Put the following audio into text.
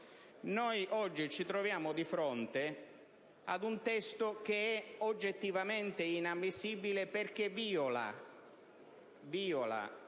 Noi oggi ci troviamo di fronte a un testo che è oggettivamente inammissibile perché viola